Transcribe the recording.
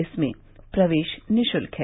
इसमें प्रवेश निःशुल्क है